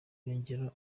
yongeyeho